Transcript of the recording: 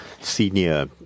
senior